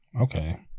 Okay